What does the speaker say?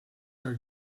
are